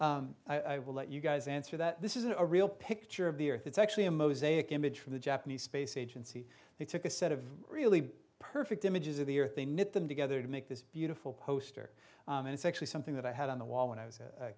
climate i will let you guys answer that this is a real picture of the earth it's actually a mosaic image from the japanese space agency they took a set of really perfect images of the earth they knit them together to make this beautiful poster and it's actually something that i had on the wall when i was a